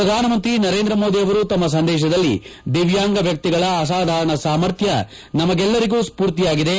ಪ್ರಧಾನಮಂತ್ರಿ ನರೇಂದ್ರ ಮೋದಿ ಅವರು ತಮ್ನ ಸಂದೇಶದಲ್ಲಿ ದಿವ್ಲಾಂಗ ವ್ಯಕ್ತಿಗಳ ಅಸಾಧಾರಣ ಸಾಮರ್ಥ್ನ ನಮ್ನೆಲ್ಲರಿಗೂ ಸ್ಪೂರ್ತಿಯಾಗಿದೆ